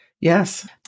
Yes